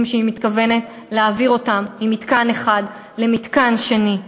שהיא מתכוונת להעביר אותם ממתקן אחד למתקן שני.